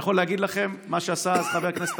אני יכול להגיד לכם שמה שעשה אז חבר הכנסת